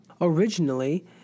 Originally